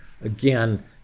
Again